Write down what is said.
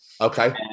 okay